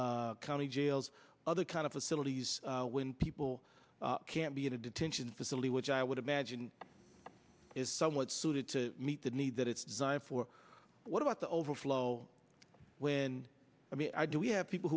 county jails other kind of facilities when people can't be in a detention facility which i would imagine is somewhat suited to meet the need that it's designed for what about the overflow when i mean do we have people